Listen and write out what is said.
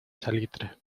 salitre